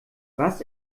was